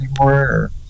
anymore